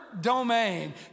domain